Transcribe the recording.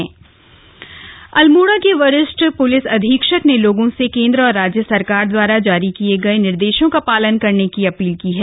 SSP Almora Almora के वरिष्ठ police अधीक्षक ने लोगों से केन्द्र और राज्य सरकार द्वारा जारी किये गये निर्देशों का पालन करने की अपील की है